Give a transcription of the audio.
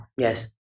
Yes